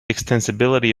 extensibility